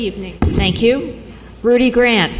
evening thank you rudy grant